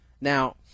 Now